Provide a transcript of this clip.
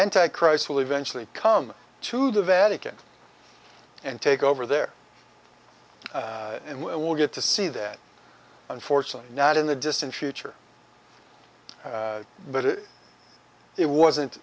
anti christ will eventually come to the vatican and take over there and we'll get to see that unfortunately not in the distant future but if it wasn't